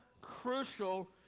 crucial